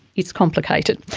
it's complicated.